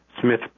Smith